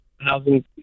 housing